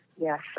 Yes